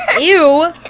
ew